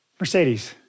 Mercedes